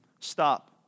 Stop